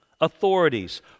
authorities